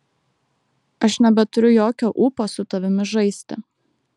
aš nebeturiu jokio ūpo su tavimi žaisti